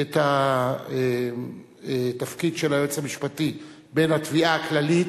את התפקיד של היועץ המשפטי בין התביעה הכללית,